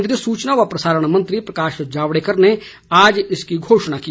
केन्द्रीय सूचना और प्रसारण मंत्री प्रकाश जावडेकर ने आज इसकी घोषणा की